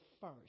first